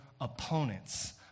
opponents